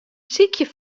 sykje